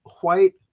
white